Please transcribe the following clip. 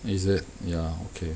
is it ya okay